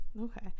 Okay